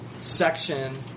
section